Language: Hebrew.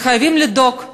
וחייבים לדאוג לאכיפה,